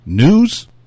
News